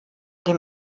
dem